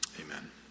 Amen